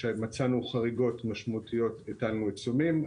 כשמצאנו חריגות משמעותיות הטלנו עיצומים,